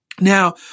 Now